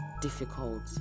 difficult